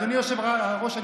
ואדוני היושב-ראש,